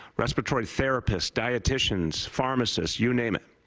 respiratory therapists, dietitians, pharmacists, you name it.